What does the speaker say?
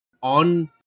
on-